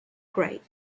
grave